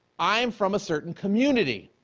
i'm from a certain community.